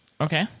Okay